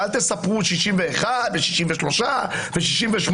ואל תספרו: 61, 63 ו-68.